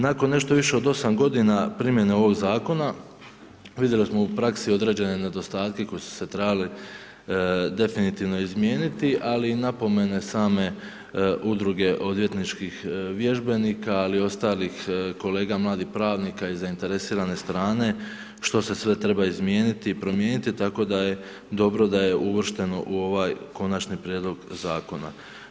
Nakon nešto više od 8 g. primjene ovog zakona, vidjeli smo u praksi određene nedostatke koje se trebali definitivno izmijeniti ali napomene same Udruge odvjetničkih vježbenika ali i ostalih kolega mladih pravnika i zainteresirane strane, što se sve treba izmijeniti i promijeniti, tako da je dobro da je uvršteno u ovaj konačni prijedlog zakona.